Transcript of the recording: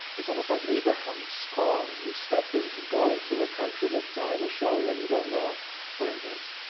it's almost like abraham's call when and you step into, go into a country that i will show you and you don't know where it is.